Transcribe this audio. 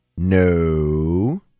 No